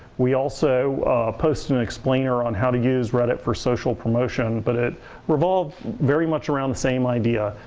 we also post an explainer on how to use reddit for social promotion but it revolved very much around the same idea.